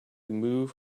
move